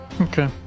Okay